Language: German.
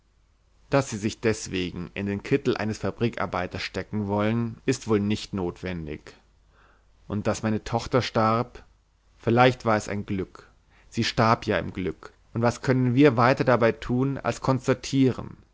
daß sie sich deswegen in den kittel eines fabrikarbeiters stecken wollen ist wohl nicht notwendig und daß meine tochter starb vielleicht war es ein glück sie starb ja im glück und was können wir weiter dabei tun als konstatieren